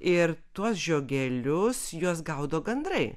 ir tuos žiogelius juos gaudo gandrai